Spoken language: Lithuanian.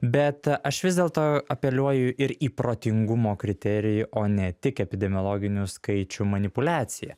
bet aš vis dėlto apeliuoju ir į protingumo kriterijų o ne tik epidemiologinių skaičių manipuliaciją